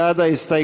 מי בעד ההסתייגות?